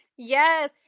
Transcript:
Yes